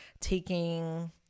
taking